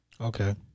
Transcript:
Okay